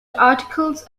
articles